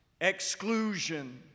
exclusion